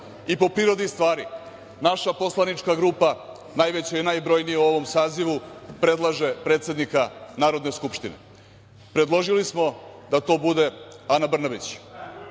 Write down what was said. I, po prirodi stvari naša poslanička grupa najveća je i najbrojnija u ovom sazivu predlaže predsednika Narodne skupštine. Predložili smo da to bude Ana